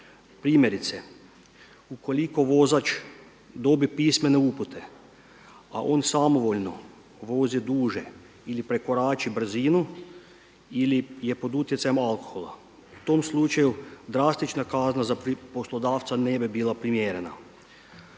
ukoliko vozač dobi pismene upute, a on samovoljno vozi duže ili prekorači brzinu ili je pod utjecajem alkohola u tom slučaju drastična kazna za poslodavca ne bi bila primjerena.